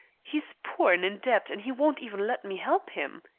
he is poor, and in debt, and he won't even let me help him.